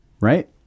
Right